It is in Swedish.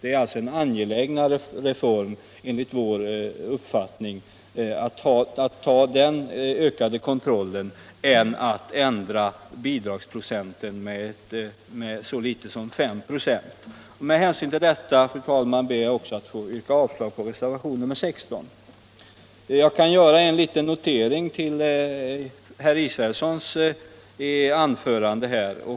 Det är alltså enligt vår uppfattning mer angeläget med en ökad kontroll än att ändra bidragsprocenten med så litet som 5 96. Med hänsyn till detta, fru talman, ber jag också att få yrka avslag på reservationen 16.